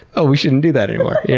oh, we shouldn't do that anymore. yeah